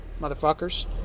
motherfuckers